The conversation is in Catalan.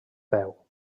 peu